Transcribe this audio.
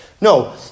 No